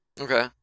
Okay